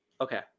Okay